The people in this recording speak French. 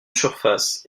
surfaces